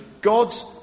God's